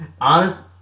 honest